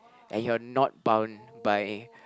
and you're not bound by